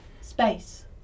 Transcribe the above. Space